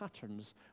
patterns